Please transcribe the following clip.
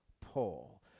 Paul